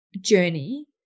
journey